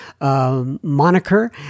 moniker